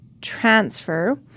transfer